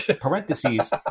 Parentheses